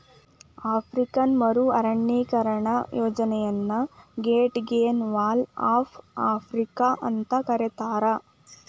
African ಮರು ಅರಣ್ಯೇಕರಣ ಯೋಜನೆಯನ್ನ Great Green Wall of Africa ಅಂತ ಕರೇತಾರ